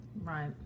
Right